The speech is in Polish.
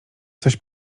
coś